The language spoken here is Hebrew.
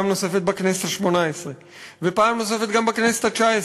נוספת בכנסת השמונה-עשרה ופעם נוספת גם בכנסת התשע-עשרה,